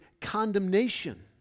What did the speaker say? condemnation